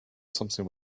something